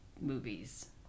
movies